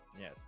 yes